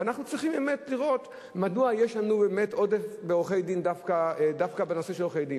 ואנחנו צריכים לראות מדוע יש לנו עודף דווקא בעורכי-דין.